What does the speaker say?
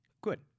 Good